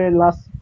last